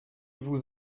vous